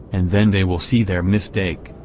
and then they will see their mistake,